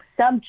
sub